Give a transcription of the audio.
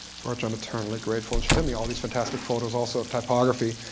for which i'm eternally grateful. and she sent me all these fantastic photos, also, of typography,